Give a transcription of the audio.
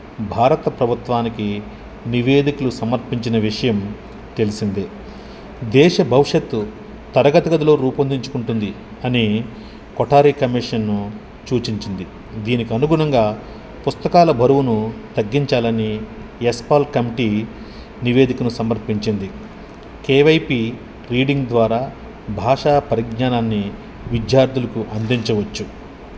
భారత ప్రభుత్వానికి నివేదికలు సమర్పించిన విషయం తెలిసిందే దేశ భవిష్యత్తు తరగతి గదిలో రూపొందించుకుంటుంది అనే కొఠారి కమిషన్ను సూచించింది దీనికి అనుగూణంగా పుస్తకాల బరువును తగ్గించాలని యశ్పాల్ కమిటీ నివేదికను సమర్పించింది కేవైపీ రీడింగ్ ద్వారా బాషా పరిజ్ఞానాన్ని విద్యార్థులకు అందించవచ్చు